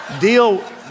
Deal